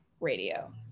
radio